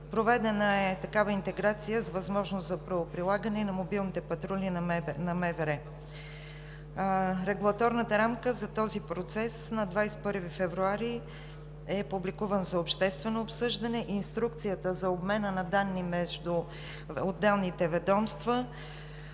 Проведена е такава интеграция с възможност за правоприлагане на мобилните патрули на МВР. Регулаторната рамка за този процес на 21 февруари е публикувана за обществено обсъждане. Инструкцията за обмена на данни между отделните ведомства,